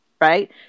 Right